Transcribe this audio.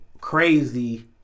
crazy